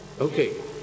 Okay